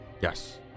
Yes